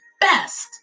best